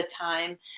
time